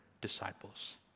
disciples